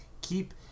keep